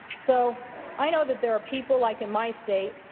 so i know that there are people like in my state,